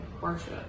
worship